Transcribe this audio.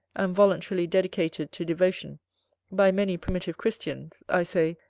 and voluntarily dedicated to devotion by many primitive christians, i say,